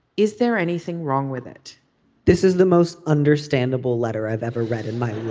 is there anything wrong with it this is the most understandable letter i've ever read in my